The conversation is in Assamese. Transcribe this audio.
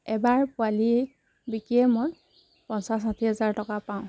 এবাৰ পোৱালি বিক্ৰীয়ে মোৰ পঞ্চাছ ষাঠি হাজাৰ টকা পাওঁ